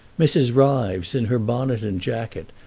mrs. ryves, in her bonnet and jacket,